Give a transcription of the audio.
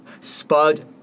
Spud